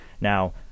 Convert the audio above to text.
now